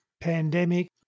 Pandemic